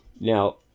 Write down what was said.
now